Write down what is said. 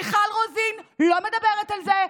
מיכל רוזין לא מדברת על זה,